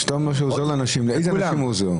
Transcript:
כשאתה אומר שעוזר לאנשים, לאילו אנשים הוא עוזר?